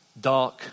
dark